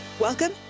Welcome